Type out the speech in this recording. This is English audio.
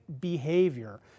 behavior